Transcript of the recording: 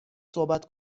صحبت